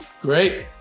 Great